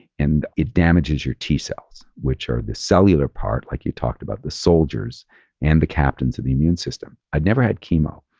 and it damages your t-cells, which are the cellular part. like you talked about, the soldiers and the captains of the immune system. i'd never had chemo.